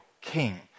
King